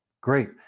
great